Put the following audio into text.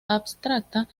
abstracta